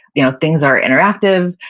you know things are interactive,